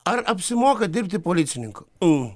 ar apsimoka dirbti policininku mm